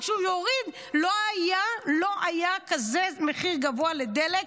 לא היה כזה מחיר גבוה לדלק.